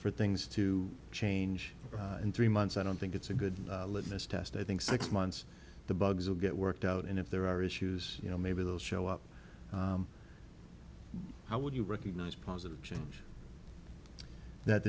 for things to change in three months i don't think it's a good litmus test i think six months the bugs will get worked out and if there are issues you know maybe they'll show up how would you recognize positive change that